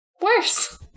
worse